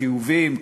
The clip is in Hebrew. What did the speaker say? חיוביים,